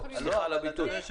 סליחה על הביטוי.